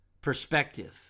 perspective